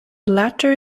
latter